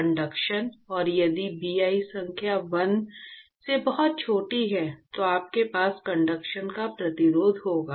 conduction और यदि Bi संख्या 1 से बहुत छोटी है तो आपके पास कंडक्शन का प्रतिरोध होगा